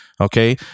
okay